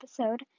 episode